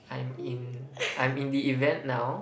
I'm in I'm in the event now